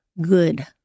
good